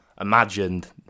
imagined